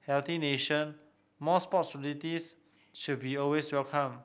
healthy nation more sports facilities should be always welcome